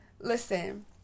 Listen